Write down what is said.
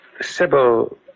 Sybil